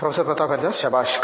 professor Pratap Haridas శభాష్